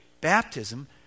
baptism